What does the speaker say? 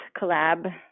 collab